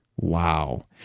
Wow